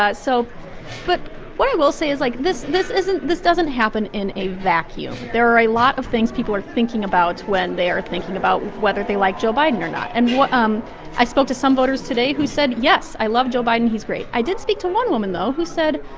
ah so but what i will say is, like, this this isn't this doesn't happen in a vacuum. there are a lot of things people are thinking about when they are thinking about whether they like joe biden or not. and um i spoke to some voters today who said, yes, i love joe biden. he's great. i did speak to one woman, though, who said,